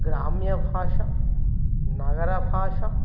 ग्राम्यभाषा नगरभाषा